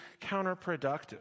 counterproductive